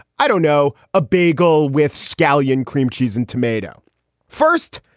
i don't know, a bagel with scallion cream cheese and tomato first.